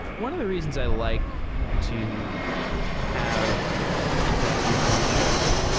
one of the reasons i like to have investors on the show,